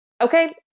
Okay